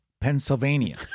Pennsylvania